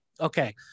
Okay